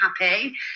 happy